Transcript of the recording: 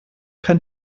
kein